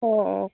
অঁ অঁ